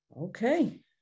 Okay